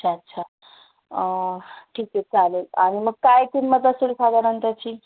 अच्छा अच्छा ठीके चालेल आणि मग काय किंमत असेल साधारण त्याची